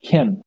Kim